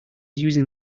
using